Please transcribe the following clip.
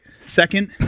Second